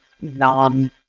non